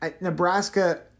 Nebraska